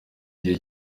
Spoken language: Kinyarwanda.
igihe